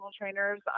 trainers